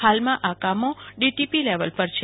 હાલમાં આ કામો ડીટીપી લેવલ પર છે